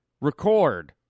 record